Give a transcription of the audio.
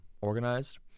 organized